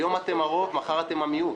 היום אתם הרוב, מחר אתם המיעוט.